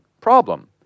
problem